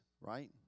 Right